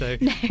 No